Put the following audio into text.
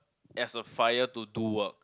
as a fire to do work